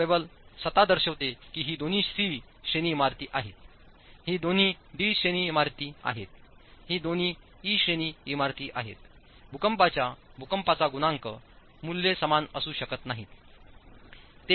तर टेबल स्वतः दर्शविते की ही दोन्ही सी श्रेणी इमारती आहेत ही दोन्ही डी श्रेणी इमारती आहेत ही दोन्ही ई श्रेणी इमारती आहेत भूकंपाच्या भूकंपाचा गुणांक मूल्ये समान असू शकत नाहीत